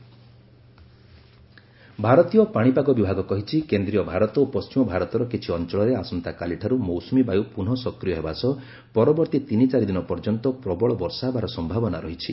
monsoon active ଭାରତୀୟ ପାଣିପାଗ ବିଭାଗ କହିଛି କେନ୍ଦ୍ରୀୟ ଭାରତ ଓ ପଶ୍ଚିମ ଭାରତର କିଛି ଅଞ୍ଚଳରେ ଆସନ୍ତାକାଲିଠାରୁ ମୌସ୍ତମୀବାୟ ପ୍ରନଃସକ୍ୱିୟ ହେବା ସହ ପରବର୍ତ୍ତୀ ତିନି ଚାରି ଦିନ ପର୍ଯ୍ୟନ୍ତ ପ୍ରବଳ ବର୍ଷା ହେବାର ସମ୍ଭାବନା ରହିଛି